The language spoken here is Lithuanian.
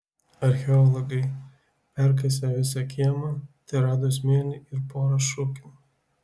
archeologai perkasę visą kiemą terado smėlį ir porą šukių